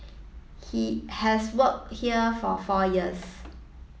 he has worked here for four years